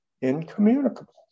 incommunicable